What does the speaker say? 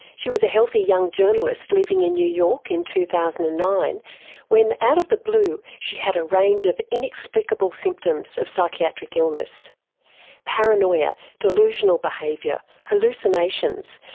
she was a healthy young journalist living in new york in two thousand and nine when out of the blue she had a range of inexplicable symptoms of psychiatric illness paranoia, delusional behaviour, hallucinations,